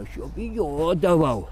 aš jo bijodavau